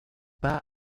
pas